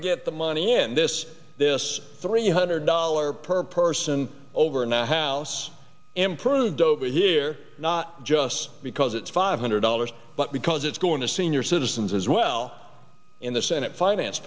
to get the money in this this three hundred dollar per person over now house improved over here not just because it's five hundred dollars but because it's going to senior citizens as well in the senate finance